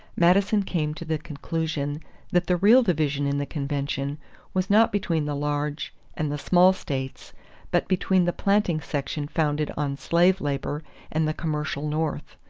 madison came to the conclusion that the real division in the convention was not between the large and the small states but between the planting section founded on slave labor and the commercial north.